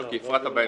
לא, כי הפרעת באמצע.